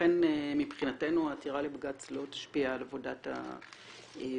לכן מבחינתנו העתירה לבג"צ לא תשפיע על עבודת הוועדה